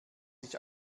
sich